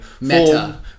Meta